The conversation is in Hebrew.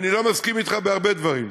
אני לא מסכים אתך בהרבה דברים.